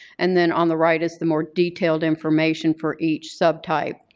and then on the right is the more detailed information for each subtype.